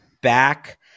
back